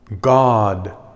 God